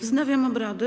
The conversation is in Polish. Wznawiam obrady.